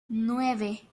nueve